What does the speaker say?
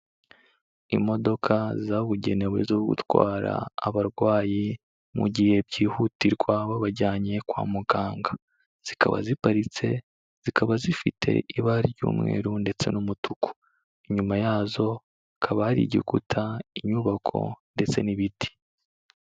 Imodoka zabugenewe zo gutwara abarwayi mu gihe byihutirwa babajyanye kwa muganga, zikaba ziparitse zikaba zifite ibara ry'umweru ndetse n'umutuku. Inyuma yazo kaba ari igikuta, inyubako ndetse n'ibiti.